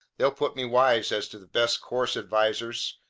they'll put me wise as to the best course-advisers,